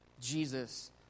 Jesus